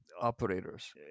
operators